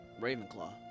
Ravenclaw